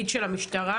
המשטרה,